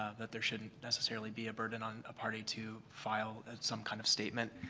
that there shouldn't necessarily be a burden on a party to file some kind of statement.